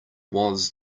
was